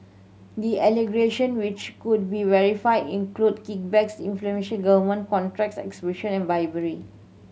the allegation which could be verified include kickbacks inflating government contracts extortion and bribery